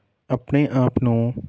ਆਪਣੇ ਆਪ ਨੂੰ